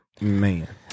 Man